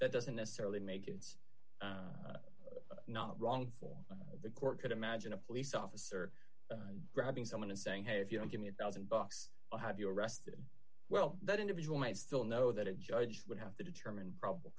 that doesn't necessarily make its not wrong for the court could imagine a police officer grabbing someone and saying hey if you don't give me a one thousand bucks i'll have you arrested well that individual might still know that a judge would have to determine probable